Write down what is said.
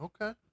okay